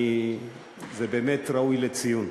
זה באמת ראוי לציון.